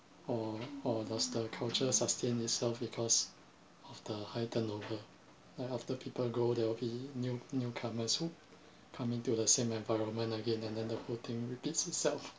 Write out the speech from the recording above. or or does the culture sustain itself because of the high turnover like after people go there will be new newcomers who come into the same environment again and then the whole thing repeats itself